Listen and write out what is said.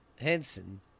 Henson